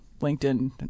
LinkedIn